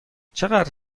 چقدر